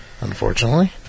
unfortunately